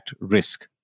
risk